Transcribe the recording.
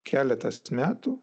keletas metų